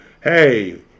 Hey